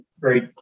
great